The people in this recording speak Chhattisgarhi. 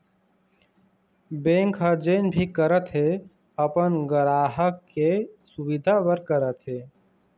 बेंक ह जेन भी करत हे अपन गराहक के सुबिधा बर करत हे